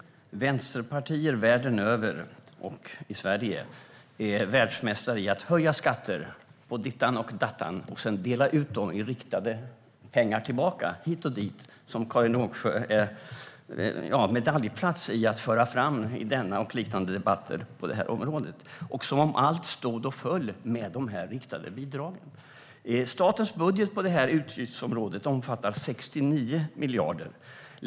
Herr talman! Vänsterpartier världen över och i Sverige är världsmästare i att höja skatter på ditten och datten och sedan dela ut dem i riktade pengar hit och dit. Karin Rågsjö är på medaljplats i att föra fram detta i denna och liknande debatter på det här området - som om allt stod och föll med de riktade bidragen. Statens budget på det här utgiftsområdet omfattar 69 miljarder.